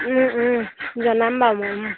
জনাম বাৰু মই